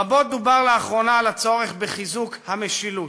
רבות דובר לאחרונה על הצורך בחיזוק "המשילות".